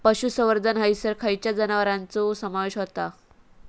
पशुसंवर्धन हैसर खैयच्या जनावरांचो समावेश व्हता?